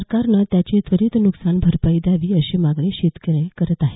सरकारनं याची त्वरित नुकसान भरपाई द्यावी अशी मागणी शेतकरी करीत आहेत